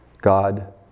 God